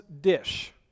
dish